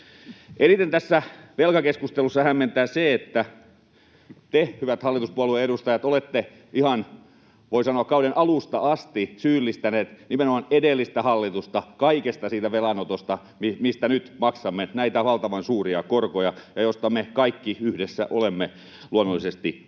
Eniten tässä velkakeskustelussa hämmentää se, että te, hyvät hallituspuolueen edustajat, olette ihan, voi sanoa, kauden alusta asti syyllistäneet nimenomaan edellistä hallitusta kaikesta siitä velanotosta, mistä nyt maksamme näitä valtavan suuria korkoja ja mistä me kaikki yhdessä olemme luonnollisesti